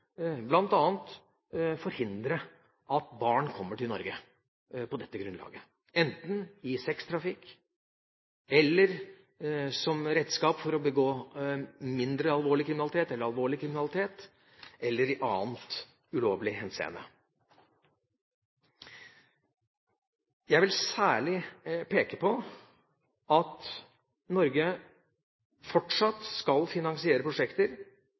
forhindre at barn kommer til Norge på dette grunnlaget, enten i sextrafikk eller som redskap for å begå mindre, eller alvorlig, kriminalitet – eller i annen ulovlig hensikt. Jeg vil særlig peke på at Norge fortsatt skal finansiere prosjekter